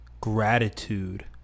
gratitude